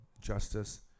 justice